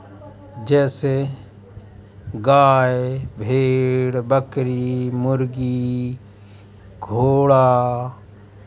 जैसे गाय भेड़ बकरी मुर्गी घोड़ा